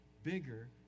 bigger